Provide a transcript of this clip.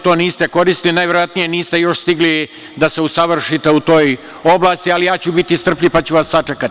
To niste koristili, najverovatnije niste još stigli da se usavršite u toj oblasti, ali ja ću biti strpljiv pa ću vas sačekati.